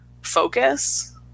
focus